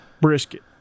Brisket